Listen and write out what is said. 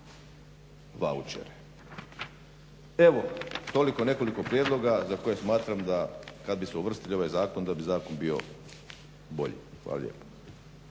vaučere. Evo toliko, nekoliko prijedloga za koje smatram da kad bi se uvrstili u ovaj zakon da bi zakon bio bolji. Hvala lijepo.